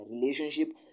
relationship